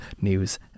news